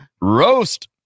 roast